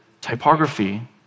typography